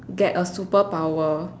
get a superpower